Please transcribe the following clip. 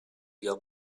your